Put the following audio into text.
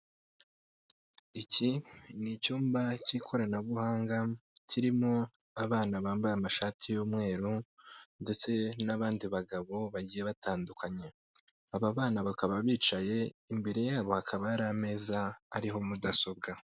Iki ni icyumba cy'ikoranabuhanga, kirimo abana bambaye amashati y'umweru ndetse n'abandi bagabo bagiye batandukanye. Aba bana bakaba bicaye, imbere yabo hakaba hari ameza ariho mudasobwa.